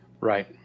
right